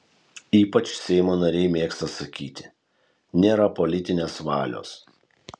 ypač seimo nariai mėgsta sakyti nėra politinės valios